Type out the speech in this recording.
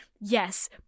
Yes